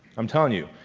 i'm telling you,